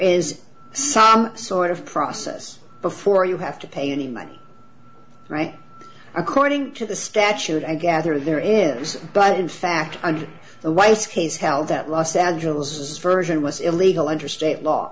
is some sort of process before you have to pay any money right according to the statute i gather there is but in fact a white house has held that los angeles is version was illegal under state law